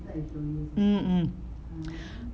mm mm